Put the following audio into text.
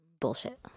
Bullshit